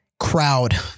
crowd